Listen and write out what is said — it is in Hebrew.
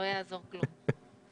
ולא יעזור כלום.